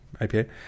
IPA